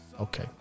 Okay